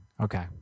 okay